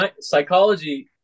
psychology